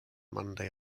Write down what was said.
monday